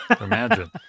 Imagine